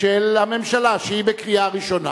של הממשלה, שהיא בקריאה ראשונה.